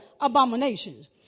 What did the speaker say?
abominations